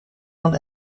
dan